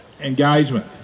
engagement